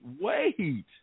wait